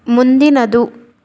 ಮುಂದಿನದು